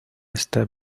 esta